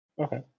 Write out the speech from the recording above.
Okay